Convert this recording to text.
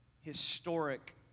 historic